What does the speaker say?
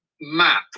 map